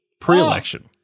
pre-election